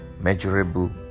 measurable